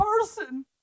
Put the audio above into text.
person